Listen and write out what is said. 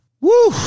Woo